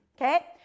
okay